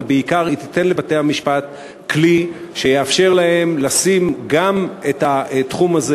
אבל בעיקר היא תיתן לבתי-המשפט כלי שיאפשר להם לשים גם את התחום הזה,